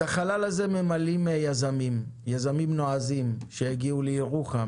את החלל הזה ממלאים יזמים נועזים שהגיעו לירוחם,